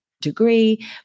degree